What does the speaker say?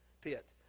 pit